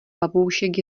papoušek